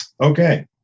okay